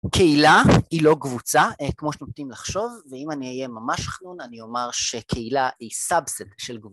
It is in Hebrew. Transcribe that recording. קהילה היא לא קבוצה כמו שנוטים לחשוב ואם אני אהיה ממש חנון אני אומר שקהילה היא סאבסד של קבוצה